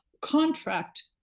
contract